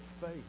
faith